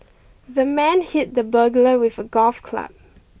the man hit the burglar with a golf club